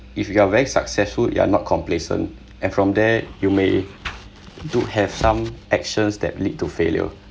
if you are very successful you're not complacent and from there you may do have some actions that lead to failure